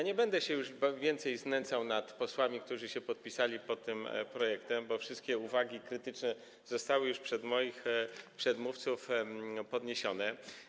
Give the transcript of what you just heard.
Nie będę już więcej znęcał się nad posłami, którzy podpisali się pod tym projektem, bo wszystkie uwagi krytyczne zostały już przez moich przedmówców podniesione.